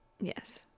Yes